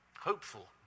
hopeful